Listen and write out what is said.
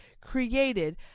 created